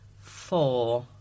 four